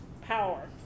power